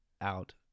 out